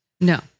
no